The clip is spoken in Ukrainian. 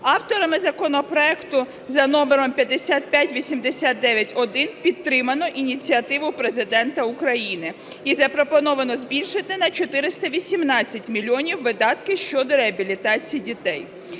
Авторами законопроекту за номером 5589-1 підтримано ініціативу Президента України і запропоновано збільшити на 418 мільйонів видатки щодо реабілітації дітей.